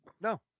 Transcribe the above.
No